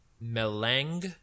Melange